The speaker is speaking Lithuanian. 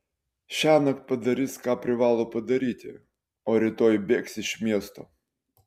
šiąnakt padarys ką privalo padaryti o rytoj bėgs iš miesto